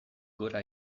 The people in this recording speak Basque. gora